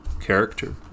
Character